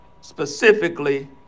specifically